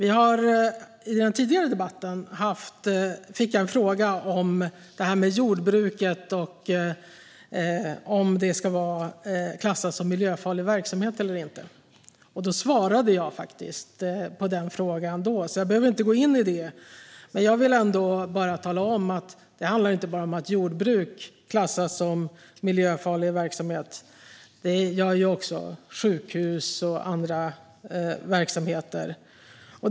I den tidigare debatten fick jag en fråga om jordbruket - om det ska vara klassat som miljöfarlig verksamhet eller inte. Jag svarade på den frågan då, så jag behöver inte gå in på det nu. Men jag vill ändå tala om att det inte bara handlar om att jordbruk klassas som miljöfarlig verksamhet. Det gör ju också sjukhus och andra verksamheter.